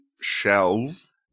shells